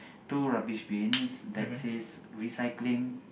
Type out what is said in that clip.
two rubbish bins that says recycling